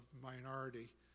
minority